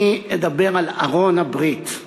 אני אדבר על ארון הברית.